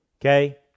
Okay